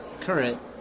Current